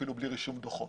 אפילו בלי רישום דוחות.